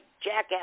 Jackass